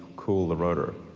cool the rotor